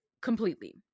completely